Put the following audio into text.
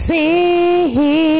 See